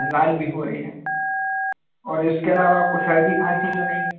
लाल भी हो रही हैं और इसके अलावा आपको सर्दी खांसी तो नहीं है